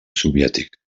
soviètic